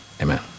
amen